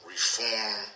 Reform